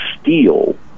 steal